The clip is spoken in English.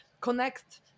connect